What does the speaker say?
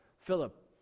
Philip